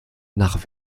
nach